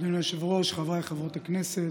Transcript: אדוני היושב-ראש, חברי וחברות הכנסת,